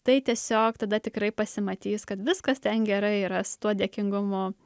tai tiesiog tada tikrai pasimatys kad viskas ten gerai yra su tuo dėkingumu